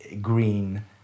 green